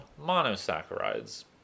monosaccharides